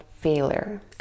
failure